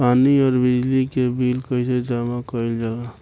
पानी और बिजली के बिल कइसे जमा कइल जाला?